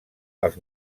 els